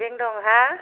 थाइबें दं हा